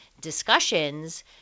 discussions